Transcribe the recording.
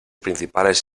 principales